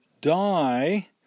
die